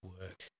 work